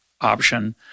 option